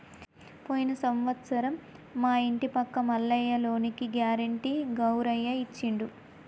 పోయిన సంవత్సరం మా ఇంటి పక్క మల్లయ్య లోనుకి గ్యారెంటీ గౌరయ్య ఇచ్చిండు